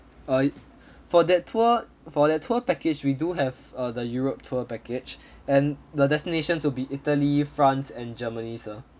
err for that tour for that tour package we do have uh the europe tour package and the destinations will be italy france and germany sir